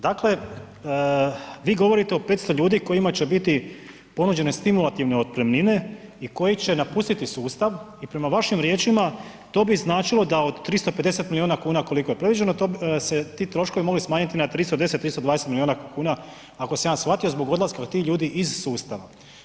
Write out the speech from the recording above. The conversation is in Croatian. Dakle, vi govorite o 500 ljudi kojima će biti ponuđene stimulativne otpremnine i koji će napustiti sustav i prema vašim riječima to bi značilo da od 350 milijuna kuna koliko je predviđeno, se ti troškovi mogli tražiti na 310, 320 milijuna kuna ako sam ja shvatio zbog odlaska tih ljudi iz sustava.